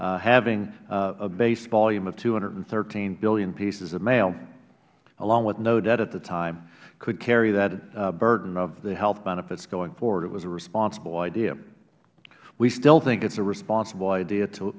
having a base volume of two hundred and thirteen billion pieces of mail along with no debt at the time could carry that burden of the health benefits going forward it was a responsible idea we still think it is a responsible idea